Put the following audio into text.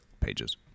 pages